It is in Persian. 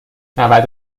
نود